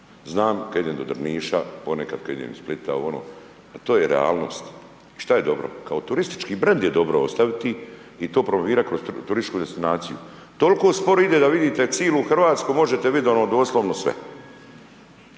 Znam kada idem do Drniša, ponekad kada idem do Splita, to je realnost šta je dobro, kao turistički brend je dobro ostaviti i to promovirati kao turističku destinaciju, toliko sporo ide da vidite cijelu Hrvatsku možete vidjeti doslovno sve.